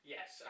Yes